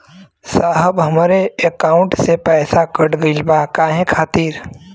साहब हमरे एकाउंट से पैसाकट गईल बा काहे खातिर?